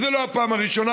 וזו לא הפעם הראשונה,